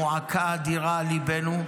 זו מועקה אדירה על ליבנו,